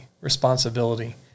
responsibility